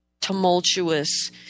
tumultuous